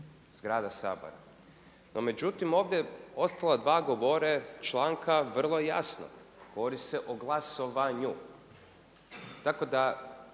zgrada sabora. No, međutim ovdje ostala dva govore članka vrlo jasno, govori se o glasovanju.